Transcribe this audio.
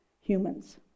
humans